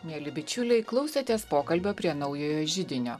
mieli bičiuliai klausėtės pokalbio prie naujojo židinio